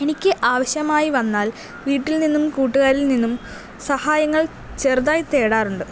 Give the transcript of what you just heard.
എനിക്ക് ആവശ്യമായി വന്നാൽ വീട്ടിൽ നിന്നും കൂട്ടുകാരിൽ നിന്നും സഹായങ്ങൾ ചെറുതായി തേടാറുണ്ട്